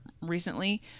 recently